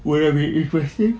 would have been interesting